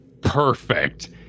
perfect